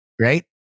right